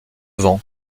vent